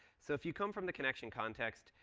so if you come from the connection context,